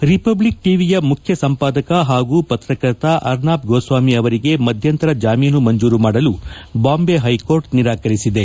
republic ಟಿವಿಯ ಮುಖ್ಯ ಸಂಪಾದಕ ಹಾಗೂ ಪತ್ರಕರ್ತ ಅರ್ನಬ್ ಗೋಸ್ವಾಮಿ ಅವರಿಗೆ ಮಧ್ಯಂತರ ಜಾಮೀನು ಮಂಜೂರು ಮಾಡಲು ಬಾಂಬೆ ಹೈಕೋರ್ಟ್ ನಿರಾಕರಿಸಿದೆ